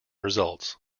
results